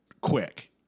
quick